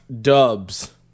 Dubs